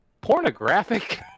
pornographic